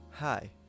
Hi